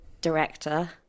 director